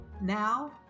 Now